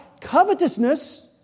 Covetousness